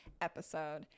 episode